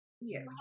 Yes